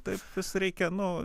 taip vis reikia nu